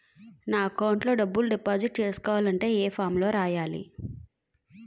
నా అకౌంట్ లో డబ్బులు డిపాజిట్ చేసుకోవాలంటే ఏ ఫామ్ లో రాయాలి?